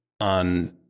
on